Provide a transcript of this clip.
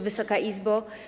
Wysoka Izbo!